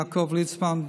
יעקב ליצמן,